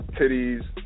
titties